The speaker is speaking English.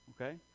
okay